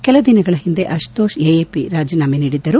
ಕೆಲ ದಿನಗಳ ಹಿಂದೆ ಅತಿತೋಷ್ ಎಎಪಿಗೆ ರಾಜೀನಾಮೆ ನೀಡಿದ್ದರು